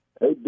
Hey